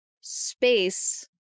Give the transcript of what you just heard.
space